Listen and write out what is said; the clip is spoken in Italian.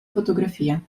fotografia